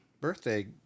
birthday